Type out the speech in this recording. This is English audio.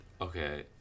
Okay